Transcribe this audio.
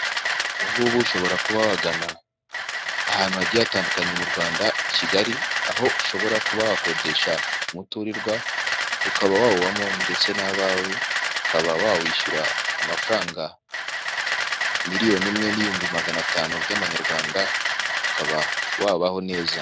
Ubungubu ushobora kuba wagana ahantu hagiye hatandukanye mu Rwanda Kigali aho ushobora kuba wakodesha umuturirwa ukaba wawubamo ndetse n'abawe ukaba wawishyura amafaranga miliyoni imwe n'ibihumbi magana atanu by'amanyarwanda ukaba wabaho neza.